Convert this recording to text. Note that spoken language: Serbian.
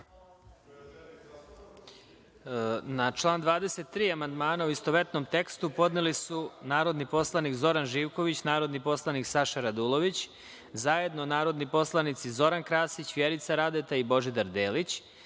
Na član 23. amandmane u istovetnom tekstu podneli su narodni poslanik Zoran Živković, narodni poslanik Saša Radulović, zajedno narodni poslanici Zoran Krasić, Vjerica Radeta i Božidar Delić,